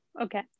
okay